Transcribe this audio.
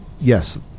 Yes